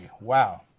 wow